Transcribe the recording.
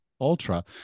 ultra